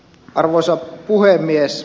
arvoisa puhemies